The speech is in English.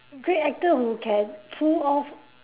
great actor who can pull off